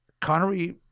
Connery